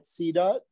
CDOT